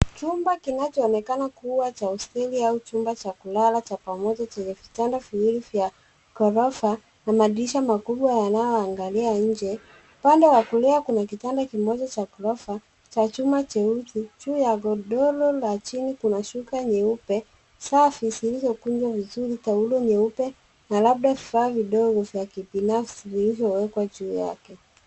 Chumba kinacho onekana kuwa cha hosteli au chumba cha kulala cha pamoja chenye vitanda viwili ya ghorofa na madirisha makubwa yanao angalia nje. Upande wa kulia kuna kitanda kimoja cha ghorofa, cha chuma cheusi, juu ya godoro, la chini, kuna shuka nyeupe, safi zilizo kunjwa vizuri, taulo nyeupe na labda vifaa vidogo vya kibinafsi vivyo wekwa juu yake.